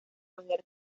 rodear